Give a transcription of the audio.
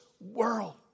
world